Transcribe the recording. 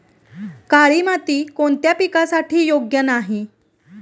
काळी माती कोणत्या पिकासाठी योग्य नाही?